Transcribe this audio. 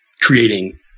creating